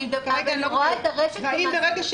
אני מדברת על כל הרשת.